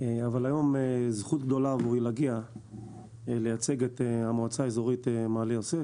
אבל היום זכות גדולה עבורי להגיע לייצג את המועצה האזורית מעלה יוסף.